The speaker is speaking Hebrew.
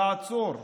לעצור,